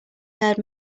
haired